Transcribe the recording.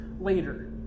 later